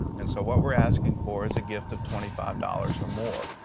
and so what we're asking for is a gift of twenty five dollars or more.